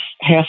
half